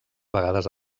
vegades